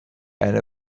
and